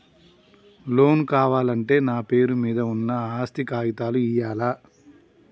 Loan కావాలంటే నా పేరు మీద ఉన్న ఆస్తి కాగితాలు ఇయ్యాలా?